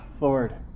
Lord